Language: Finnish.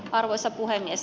arvoisa puhemies